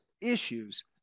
issues